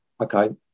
okay